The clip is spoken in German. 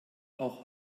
auch